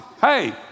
Hey